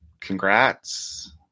Congrats